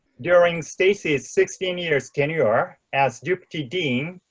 during stacey's sixteen years tenure as deputy dean,